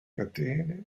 catene